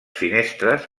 finestres